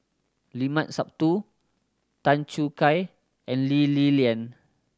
Limat Sabtu Tan Choo Kai and Lee Li Lian